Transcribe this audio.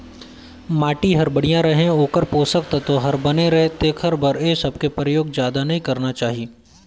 माटी हर बड़िया रहें, ओखर पोसक तत्व हर बने रहे तेखर बर ए सबके परयोग जादा नई करना चाही